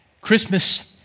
Christmas